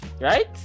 right